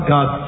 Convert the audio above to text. God